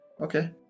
okay